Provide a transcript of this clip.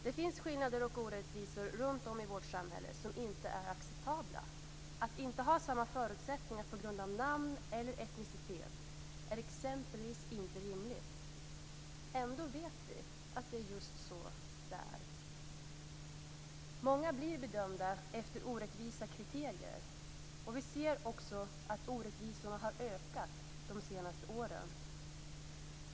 Det finns skillnader och orättvisor runt om i vårt samhälle som inte är acceptabla. Att inte ha samma förutsättningar på grund av namn eller etnicitet är exempelvis inte rimligt. Ändå vet vi att det är just så det är. Många blir bedömda efter orättvisa kriterier. Vi ser också att orättvisorna har ökat de senaste åren.